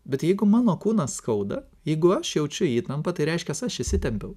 bet jeigu mano kūną skauda jeigu aš jaučiu įtampą tai reiškias aš įsitempiau